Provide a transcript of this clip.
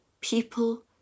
people